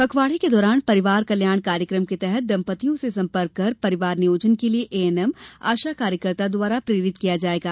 पखवाड़े के दौरान परिवार कल्याण कार्यक्रम के तहत दम्पतियों से संपर्क कर परिवार नियोजन के लिए एएनएम आशा द्वारा प्रेरित किया जायेगा